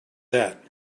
that